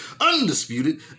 undisputed